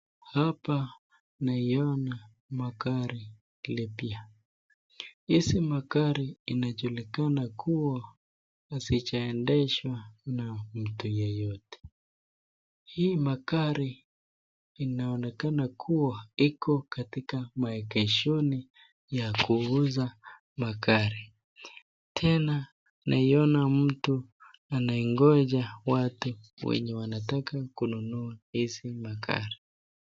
Hapa naiona magari lipya, hizi magari inajulikana kuwa hazijaendeshwa na mtu yeyote ,hii magari inaonekana kuwa iko katika maegeshoni ya kuuza magari ,tena naiona mtu anaingoja watu wenye wanataka kununua hizi magari.